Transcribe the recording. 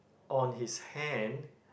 on his hand